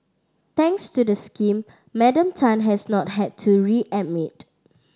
thanks to the scheme Madam Tan has not had to be readmitted